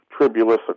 Tribulus